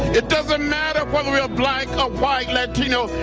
it doesn't matter whether we are black or white, latino,